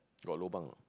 got lobang not